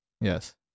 Yes